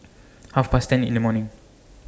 Half Past ten in The morning